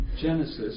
Genesis